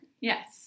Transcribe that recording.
Yes